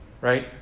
right